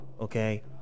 okay